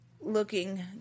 looking